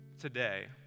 today